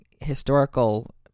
historical